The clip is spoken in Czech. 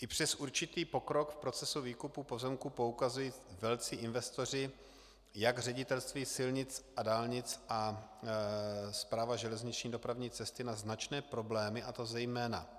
I přes určitý pokrok v procesu výkupu pozemků poukazují velcí investoři, jak Ředitelství silnic a dálnic a Správa železniční dopravní cesty, na značné problémy, a to zejména tyto.